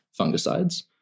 fungicides